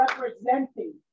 representing